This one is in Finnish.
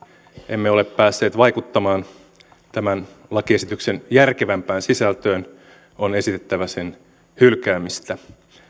emme ole päässeet vaikuttamaan tämän lakiesityksen järkevämpään sisältöön on esitettävä sen hylkäämistä